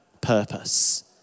purpose